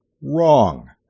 wrong